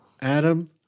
Adam